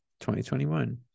2021